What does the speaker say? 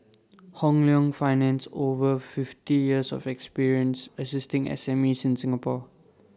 Hong Leong finance over fifty years of experience assisting SMEs in Singapore